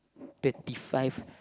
thirty five